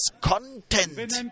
content